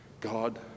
God